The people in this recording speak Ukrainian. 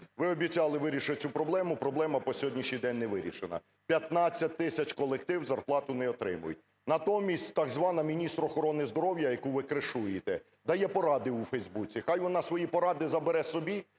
Ви обіцяли вирішити цю проблему. Проблема по сьогоднішній день не вирішена: 15 тисяч колектив зарплату не отримують. Натомість так звана міністр охорони здоров'я, яку ви "кришуєте", дає поради у Facebook. Хай вона свої поради забере собі,